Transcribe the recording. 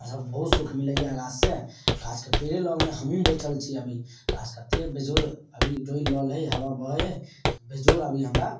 हमरा सबके बहुत सुख मिलैए गाछ से गाछके पेड़े लगमे हमहुँ बैठल छी गाछ कतेक बेजोड़ अभी डोलि रहलै हबा बहै हय तऽ बेजोड़ अभी हमरा